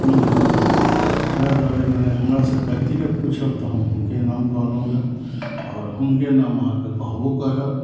ने ने तऽ वएह दुआरे मने हमरा से व्यक्तिगत पूछब तऽ हम हुनके नाम कहलहुॅं आओर हुनके नाम अहाँके कहबो करब